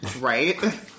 Right